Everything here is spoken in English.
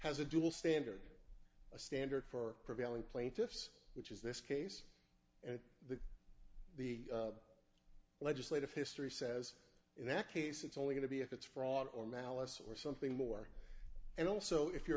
has a dual standard a standard for prevailing plaintiffs which is this case and the the legislative history says in that case it's only going to be if it's fraud or malice or something more and also if